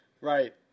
Right